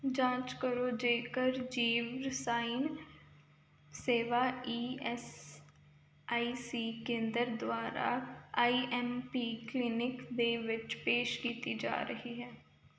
ਜਾਂਚ ਕਰੋ ਜੇਕਰ ਜੀਵ ਰਸਾਇਣ ਸੇਵਾ ਈ ਐੱਸ ਆਈ ਸੀ ਕੇਂਦਰ ਦੁਆਰਾ ਆਈ ਐੱਮ ਪੀ ਕਲੀਨਿਕ ਦੇ ਵਿੱਚ ਪੇਸ਼ ਕੀਤੀ ਜਾ ਰਹੀ ਹੈ